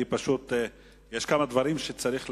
פשוט יש כמה דברים שצריך לתקן.